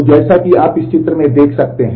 तो जैसा कि आप नीचे इस चित्र में देख सकते हैं